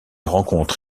rencontre